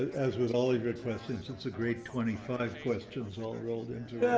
as with all the requests, it's it's a great twenty five questions all rolled into yeah